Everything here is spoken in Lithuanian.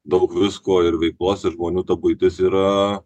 daug visko ir veiklos ir žmonių ta buitis yra